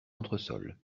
entresol